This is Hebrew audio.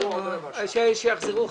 שיחזרו.